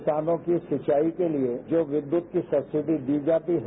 किसानों की सिंचाई के लिए जो विद्यत की सबसिडी दी जाती है